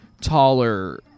taller